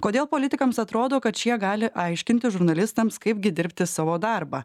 kodėl politikams atrodo kad šie gali aiškinti žurnalistams kaipgi dirbti savo darbą